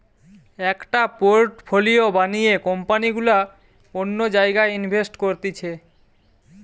একটা পোর্টফোলিও বানিয়ে কোম্পানি গুলা অন্য জায়গায় ইনভেস্ট করতিছে